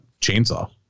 Chainsaw